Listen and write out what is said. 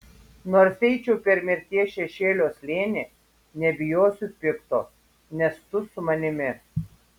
nors eičiau per mirties šešėlio slėnį nebijosiu pikto nes tu su manimi